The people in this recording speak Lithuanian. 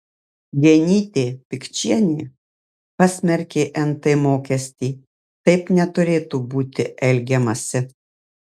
genytė pikčienė pasmerkė nt mokestį taip neturėtų būti elgiamasi